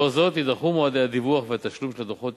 לאור זאת, יידחו מועדי הדיווח והתשלום של הדוחות